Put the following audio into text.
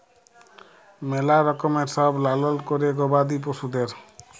ম্যালা রকমের সব লালল ক্যরে গবাদি পশুদের